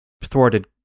thwarted